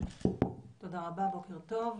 תודה רבה, בוקר טוב.